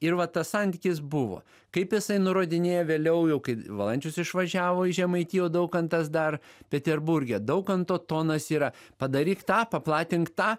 ir va tas santykis buvo kaip jisai nurodinėja vėliau jau kai valančius išvažiavo į žemaitiją o daukantas dar peterburge daukanto tonas yra padaryk tą paplatink tą